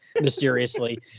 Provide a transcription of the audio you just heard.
mysteriously